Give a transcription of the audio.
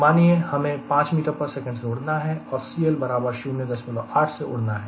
मानिए हमें 5 ms से उड़ना है और CL बराबर 08 से उड़ना है